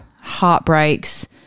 heartbreaks